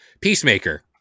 Peacemaker